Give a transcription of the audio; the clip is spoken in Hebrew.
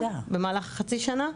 במהלך חצי שנה,